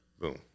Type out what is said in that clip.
Boom